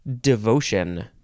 devotion